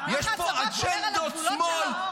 יש פה אג'נדות שמאל,